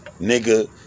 Nigga